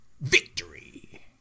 Victory